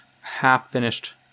half-finished